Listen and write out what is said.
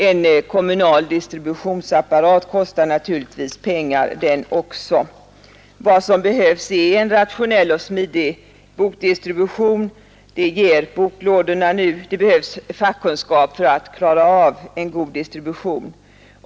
En kommunal distributionsapparat kostar naturligtvis pengar den också. Vad som behövs är en rationell och smidig bokdistribution, och den ger boklådorna nu. Det behövs fackkunskap för att klara av en god distribution.